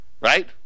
Right